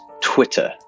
Twitter